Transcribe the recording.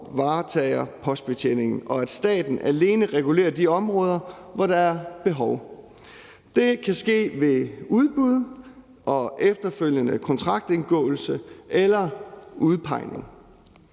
varetager postbetjeningen og staten alene regulerer de områder, hvor der er behov. Det kan ske ved udbud og efterfølgende kontraktindgåelse eller udpegning.